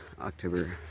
October